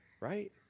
Right